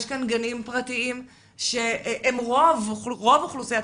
יש כאן גנים פרטיים שרוב אוכלוסיית